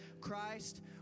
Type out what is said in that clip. Christ